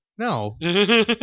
No